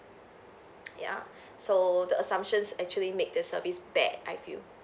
ya so the assumptions actually make the service bad I feel